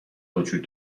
وجود